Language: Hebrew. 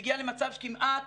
זה הגיע למצב של כמעט